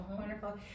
wonderful